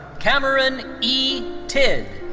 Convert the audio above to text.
cameron e. tidd.